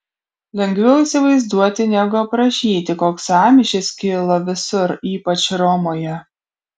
lengviau įsivaizduoti negu aprašyti koks sąmyšis kilo visur ypač romoje